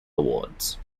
awards